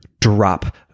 drop